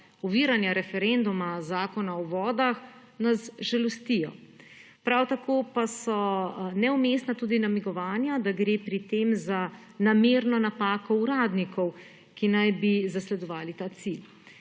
oviranja referenduma zakona o vodah nas žalostijo. Prav tako pa so neumestna tudi namigovanja, da gre pri tem za namerno napako uradnikov, ki naj bi zasledovali ta cilj.